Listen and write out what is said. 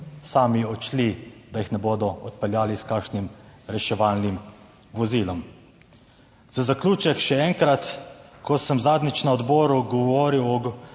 sami odšli, da jih ne bodo odpeljali s kakšnim reševalnim vozilom. Za zaključek, še enkrat, ko sem zadnjič na odboru govoril o